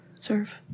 Serve